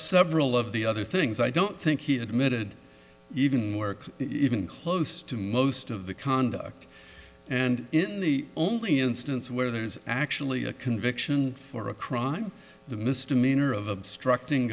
several of the other things i don't think he admitted even work even close to most of the conduct and in the only instance where there's actually a conviction for a crime the misdemeanor of obstructing